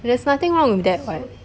there's nothing wrong with that [what]